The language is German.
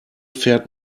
fährt